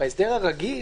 בהסדר הרגיל,